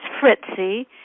Fritzy